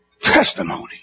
testimony